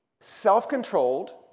self-controlled